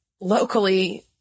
Locally